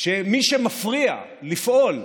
שמי שמפריע לפעול,